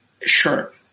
sure